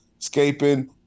escaping